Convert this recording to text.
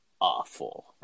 awful